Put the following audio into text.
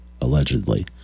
allegedly